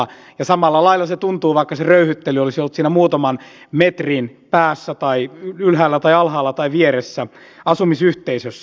ja samalla lailla se tuntuu vaikka se röyhyttely olisi ollut siinä muutaman metrin päässä ylhäällä alhaalla tai vieressä asumisyhteisössä